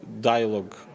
dialogue